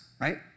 right